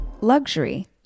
Luxury